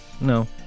no